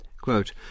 Quote